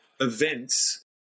events